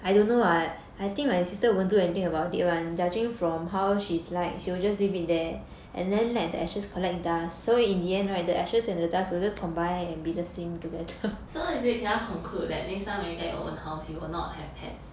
so is it cannot conclude that next time when you get your own house you will not have pets